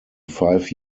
five